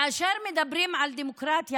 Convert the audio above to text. כאשר מדברים על דמוקרטיה,